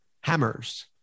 hammers